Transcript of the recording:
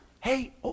hey